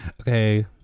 Okay